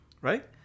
right